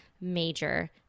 major